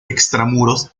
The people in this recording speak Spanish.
extramuros